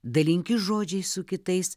dalinkis žodžiais su kitais